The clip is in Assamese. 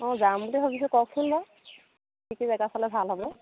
অঁ যাম বুলি ভাবিছোঁ কওকচোন বাৰু কি কি জেগা চালে ভাল হ'ব